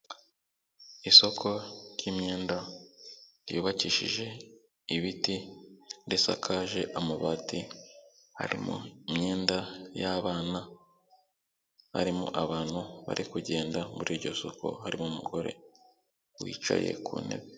Isoko ry'imyenda ryubakishije ibiti, risakaje amabati, harimo imyenda y'abana, harimo abantu bari kugenda muri iryo soko, harimo umugore wicaye ku ntebe.